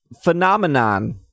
Phenomenon